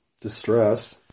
Distress